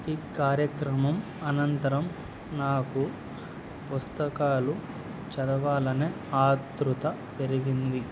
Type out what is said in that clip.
ఈ కార్యక్రమం అనంతరం నాకు పుస్తకాలు చదవాలనే ఆత్రుత పెరిగింది